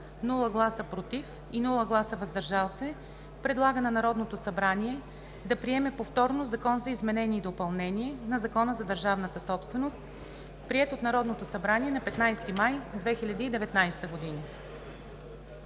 без „против“ и „въздържал се“ предлага на Народното събрание да приеме повторно Закона за изменение и допълнение на Закона за държавната собственост, приет от Народното събрание на 15 май 2019 г.“